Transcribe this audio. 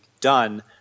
done